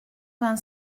vingt